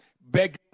begging